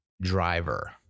driver